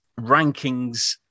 Rankings